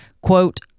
Quote